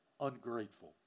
ungrateful